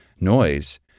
noise